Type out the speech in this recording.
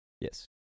Yes